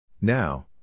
Now